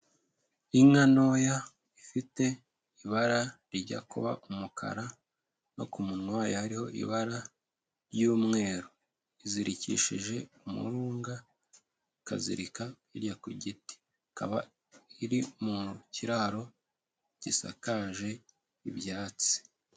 Inka ntoya ifite ibara rijya kuba umukara no ku munwa hariho ibara ry'umweru, izirikishije umurunga, ikazirika ijya ku giti, ikaba iri mu kiraro gisakaje ibyatsi.